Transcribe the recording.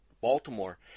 Baltimore